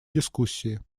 дискуссии